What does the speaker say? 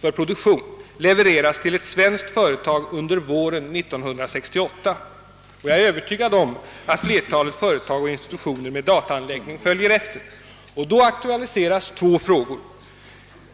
för produktion levereras till ett svenskt företag under våren 1968. Jag är övertygad om att flertalet företag och institutioner med dataanläggning följer efter. Då aktualiseras två frågor.